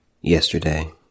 yesterday